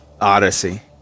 Odyssey